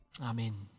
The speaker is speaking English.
Amen